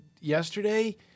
yesterday